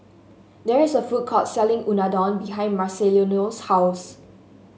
there is a food court selling Unadon behind Marcelino's house